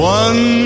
one